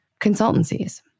consultancies